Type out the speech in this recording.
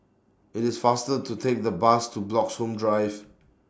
IT IS faster to Take The Bus to Bloxhome Drive